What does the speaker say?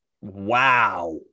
Wow